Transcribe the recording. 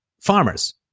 farmers